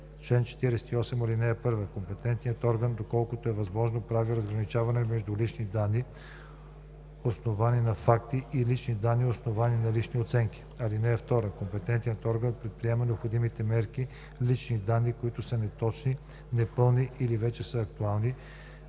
Чл. 48. (1) Компетентният орган, доколкото е възможно, прави разграничение между лични данни, основани на факти, и лични данни, основани на лични оценки. (2) Компетентният орган предприема необходимите мерки лични данни, които са неточни, непълни или вече не са актуални,